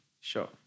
Sure